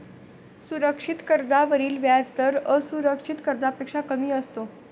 सुरक्षित कर्जावरील व्याजदर असुरक्षित कर्जापेक्षा कमी असतो